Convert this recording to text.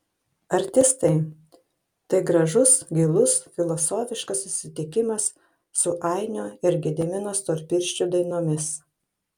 artistai tai gražus gilus filosofiškas susitikimas su ainio ir gedimino storpirščių dainomis